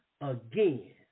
again